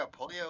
Polio